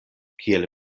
kiel